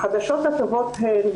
החדשות הטובות הן,